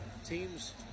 Teams